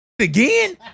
again